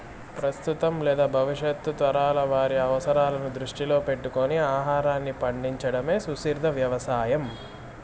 ప్రస్తుతం లేదా భవిష్యత్తు తరాల వారి అవసరాలను దృష్టిలో పెట్టుకొని ఆహారాన్ని పండించడమే సుస్థిర వ్యవసాయం